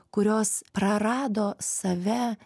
kurios prarado save